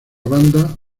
banda